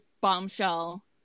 bombshell